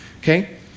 Okay